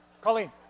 Colleen